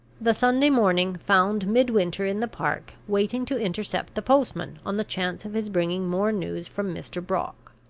the sunday morning found midwinter in the park, waiting to intercept the postman, on the chance of his bringing more news from mr. brock.